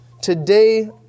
Today